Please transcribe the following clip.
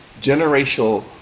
generational